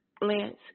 Lance